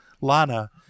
Lana